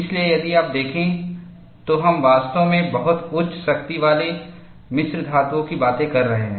इसलिए यदि आप देखें तो हम वास्तव में बहुत उच्च शक्ति वाले मिश्र धातुओं की बात कर रहे हैं